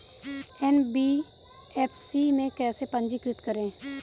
NBFC में कैसे पंजीकृत करें?